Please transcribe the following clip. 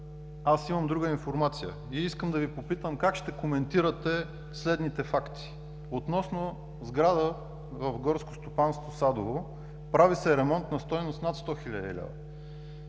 аз имам друга информация и искам да Ви попитам как ще коментирате следните факти: относно сграда в Горско стопанство – Садово. Прави се ремонт на стойност над 100 хил. лв.